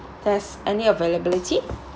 there's any availability